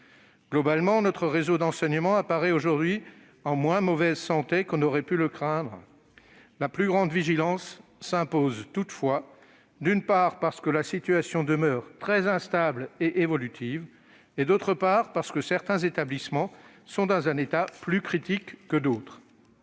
Globalement, notre réseau d'enseignement apparaît aujourd'hui en moins mauvaise santé que l'on aurait pu le craindre. La plus grande vigilance s'impose toutefois, d'une part, parce que la situation demeure très instable et évolutive, et, d'autre part, parce que certains établissements sont dans un état plus critique que d'autres.